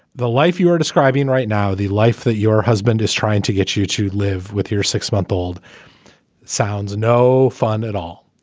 the life you are describing right now, the life that your husband is trying to get you to live with your six month old sounds no fun at all.